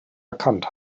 erkannt